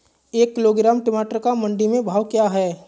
एक किलोग्राम टमाटर का मंडी में भाव क्या है?